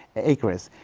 acres,